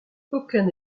aucun